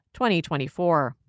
2024